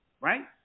Right